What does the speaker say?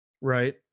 Right